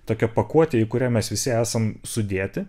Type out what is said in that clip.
tokia pakuotė į kurią mes visi esam sudėti